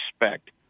respect